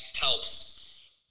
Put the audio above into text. helps